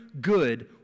good